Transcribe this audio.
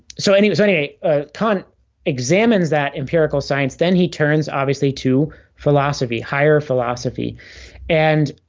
so anyway so anyway khan examines that empirical science then he turns obviously to philosophy higher philosophy and